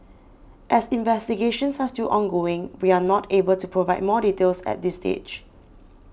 as investigations are still ongoing we are not able to provide more details at this stage